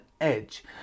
edge